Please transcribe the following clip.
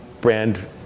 brand